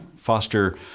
foster